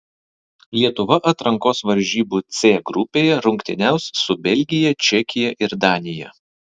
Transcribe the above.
lietuva atrankos varžybų c grupėje rungtyniaus su belgija čekija ir danija